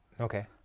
Okay